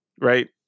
Right